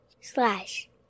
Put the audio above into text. slash